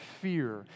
fear